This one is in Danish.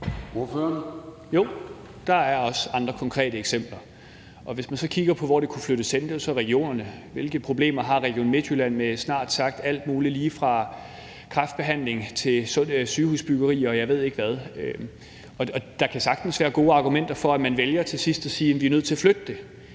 der er også andre konkrete eksempler. Og hvis man så kigger på, hvor det kunne flyttes hen – det er jo så regionerne – kunne man spørge: Hvilke problemer har Region Midtjylland ikke med snart sagt alt muligt lige fra kræftbehandling til sygehusbyggeri, og jeg ved ikke hvad? Der kan sagtens være gode argumenter for, at man til sidst vælger at sige: Vi er nødt til at flytte det.